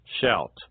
Shout